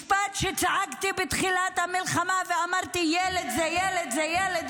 משפט שצעקתי בתחילת המלחמה ואמרתי: ילד זה ילד זה ילד,